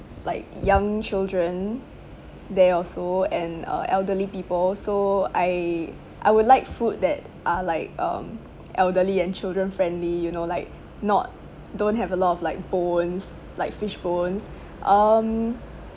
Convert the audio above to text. like young children there also and uh elderly people so I I would like food that are like um elderly and children friendly you know like not don't have a lot of like bones like fish bones um